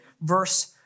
verse